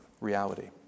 reality